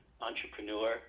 entrepreneur